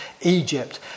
Egypt